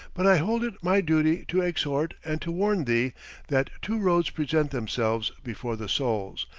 but i hold it my duty to exhort and to warn thee that two roads present themselves before the souls,